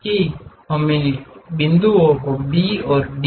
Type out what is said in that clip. कि हम इन बिंदुओं बी और डी